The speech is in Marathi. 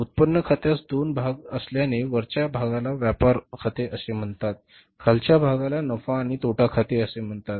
उत्पन्न खात्यास दोन भाग असल्याने वरच्या भागाला व्यापार खाते असे म्हणतात खालच्या भागाला नफा आणि तोटा खाते असे म्हणतात